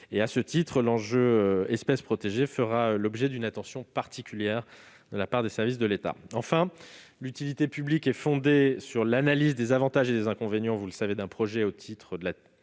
À ce titre, l'enjeu lié aux espèces protégées fera l'objet d'une attention particulière de la part des services de l'État. Enfin, l'utilité publique est fondée sur l'analyse des avantages et des inconvénients d'un projet au titre de la